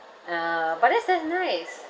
uh but that's that's nice